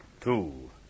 two